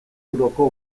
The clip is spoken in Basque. euroko